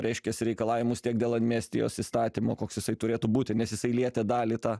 reiškias reikalavimus tiek dėl amnestijos įstatymo koks jisai turėtų būti nes jisai lietė dalį tą